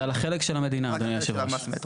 זה על החלק של המדינה, אדוני יושב הראש.